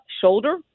Shoulder